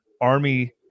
Army